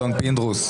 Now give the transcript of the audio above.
אדון פינדרוס.